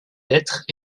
lettres